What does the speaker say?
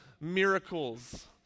miracles